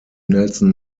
nelson